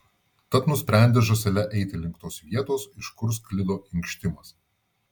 tad nusprendė žąsele eiti link tos vietos iš kur sklido inkštimas